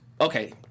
Okay